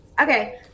Okay